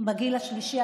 בגיל השלישי,